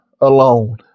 alone